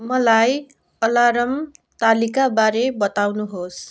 मलाई अलार्म तालिकाबारे बताउनुहोस्